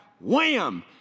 wham